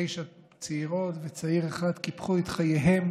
תשע צעירות וצעיר אחד, קיפחו את חייהם